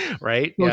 right